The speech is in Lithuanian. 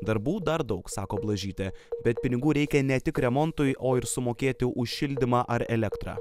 darbų dar daug sako blažytė bet pinigų reikia ne tik remontui o ir sumokėti už šildymą ar elektrą